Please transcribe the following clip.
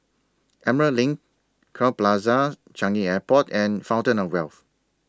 Emerald LINK Crowne Plaza Changi Airport and Fountain of Wealth